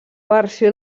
versió